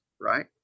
right